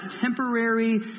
temporary